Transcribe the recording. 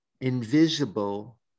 invisible